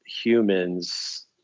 humans